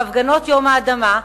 בהפגנות יום האדמה,